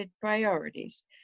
priorities